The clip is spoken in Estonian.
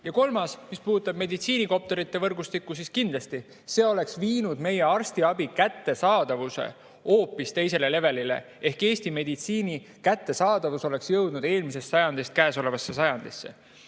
Ja kolmandaks, mis puudutab meditsiinikopterite võrgustikku, siis kindlasti oleks see viinud meie arstiabi kättesaadavuse hoopis teiselelevel'ile ehk Eesti meditsiini kättesaadavus oleks jõudnud eelmisest sajandist käesolevasse sajandisse.